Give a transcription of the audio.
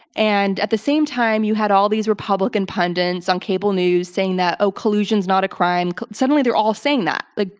and at the same time, you had all these republican pundits on cable news saying that, oh collusion is not a crime. suddenly they're all saying that. like,